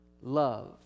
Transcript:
love